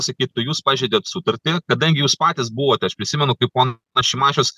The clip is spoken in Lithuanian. sakytų jūs pažeidėt sutartį kadangi jūs patys buvot aš prisimenu kai ponas šimašius